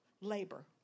labor